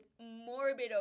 morbid